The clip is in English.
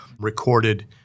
recorded